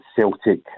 Celtic